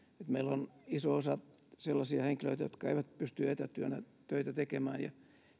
meillä on iso osa sellaisia henkilöitä jotka eivät pysty etätyönä töitä tekemään ja nyt tulee kantaa huolta